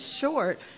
short